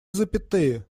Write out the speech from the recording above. запятые